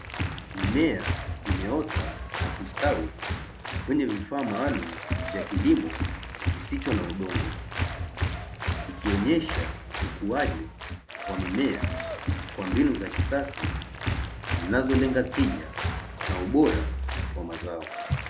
Mimea imeota na kustawi kwenye vifaa maalumu vya kilimo kisicho na udongo, ikionyesha ukuaji wa mimea kwa mbinu za kisasa zinazolenga tija na ubora wa mazao.